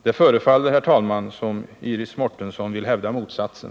Det förefaller, herr talman, som om Iris Mårtensson vill hävda motsatsen.